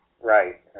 Right